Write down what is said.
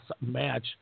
match